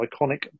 iconic